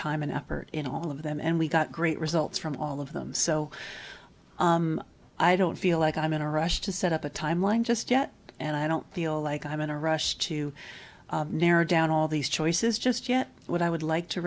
time and effort in all of them and we got great results from all of them so i don't feel like i'm in a rush to set up a timeline just yet and i don't feel like i'm in a rush to narrow down all these choices just yet what i would like to